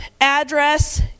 address